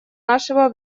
нашего